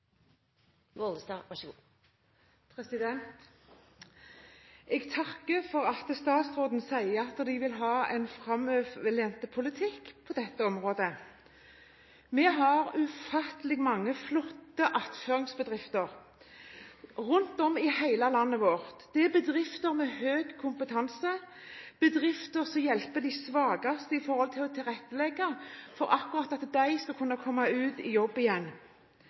Jeg takker for at statsråden sier at de vil ha en framoverlent politikk på dette området. Vi har ufattelig mange flotte attføringsbedrifter rundt om i hele landet vårt. Dette er bedrifter med høy kompetanse, bedrifter som hjelper de svakeste, for å legge til rette for at de skal kunne komme ut i jobb igjen.